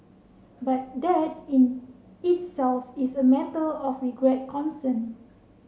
but that in itself is a matter of regret concern